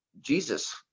Jesus